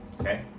okay